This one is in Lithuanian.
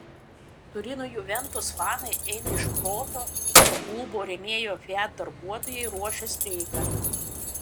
turino juventus fanai eina iš proto o klubo rėmėjo fiat darbuotojai ruošia streiką